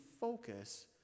focus